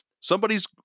Somebody's